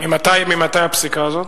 ממתי הפסיקה הזאת?